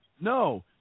no